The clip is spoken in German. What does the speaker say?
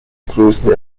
größen